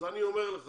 אז אני אומר לך